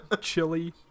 chili